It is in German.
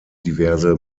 diverse